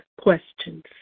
questions